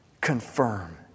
confirm